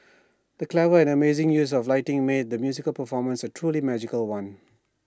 the clever and amazing use of lighting made the musical performance A truly magical one